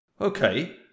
Okay